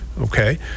okay